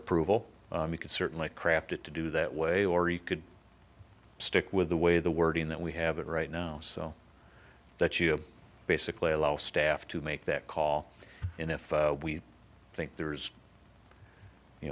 approval you can certainly craft it to do that way or he could stick with the way the wording that we have it right now so that you basically allow staff to make that call and if we think there's you